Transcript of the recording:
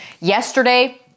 yesterday